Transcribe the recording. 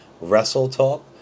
WrestleTalk